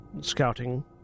scouting